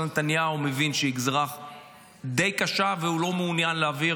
נתניהו מבין שהיא גזרה די קשה והוא לא מעוניין להעביר